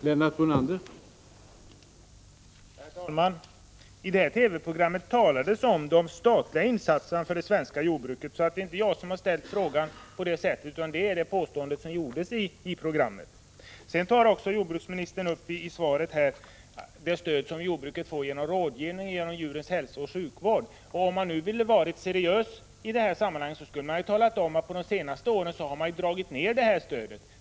Herr talman! I TV-programmet talades det om de statliga insatserna för det svenska jordbruket. Det är alltså inte jag som har ställt frågan på det sättet, utan det gjorde man redan i programmet. I svaret nämner jordbruksministern också det stöd som jordbruket får genom rådgivning och genom djurens hälsooch sjukvård. Om han ville vara seriös skulle han ha talat om att man på de senaste åren har dragit ner på detta stöd.